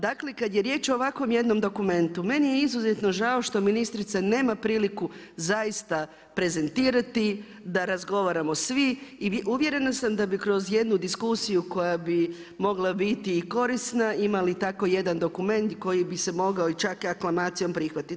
Dakle, kad je riječ o ovakvom jednom dokumentu, meni je izuzetno žao što ministrica nema priliku zaista prezentirati, da razgovaramo svi i uvjerena sam da bi kroz jednu diskusiju koja bi mogla biti i korisna, imali tako jedan dokument koji bi se mogao čak i aklamacijom prihvatiti.